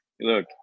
look